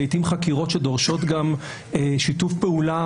לעתים חקירות שדורשות גם שיתוף פעולה